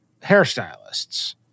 hairstylists